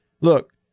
look